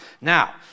Now